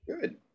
Good